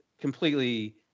completely